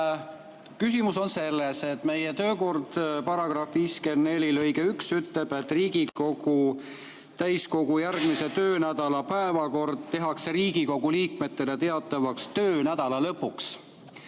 Küsimus on selles, et meie töökorra § 54 lõige 1 ütleb, et Riigikogu täiskogu järgmise töönädala päevakord tehakse Riigikogu liikmetele teatavaks töönädala lõpuks.